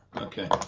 Okay